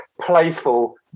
playful